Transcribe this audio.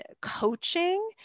Coaching